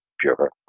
pure